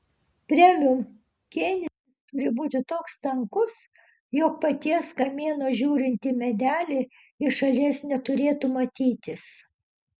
premium kėnis turi būti toks tankus jog paties kamieno žiūrint į medelį iš šalies neturėtų matytis